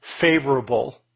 favorable